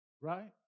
right